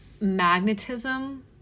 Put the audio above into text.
magnetism